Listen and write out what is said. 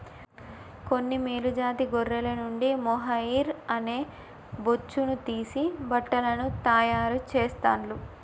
కొన్ని మేలు జాతి గొర్రెల నుండి మొహైయిర్ అనే బొచ్చును తీసి బట్టలను తాయారు చెస్తాండ్లు